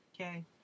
Okay